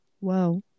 whoa